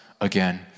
again